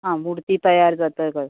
हा मुर्ती तयार जातकच